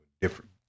different